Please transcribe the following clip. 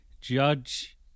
Judge